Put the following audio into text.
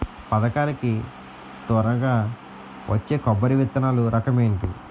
పథకాల కి త్వరగా వచ్చే కొబ్బరి విత్తనాలు రకం ఏంటి?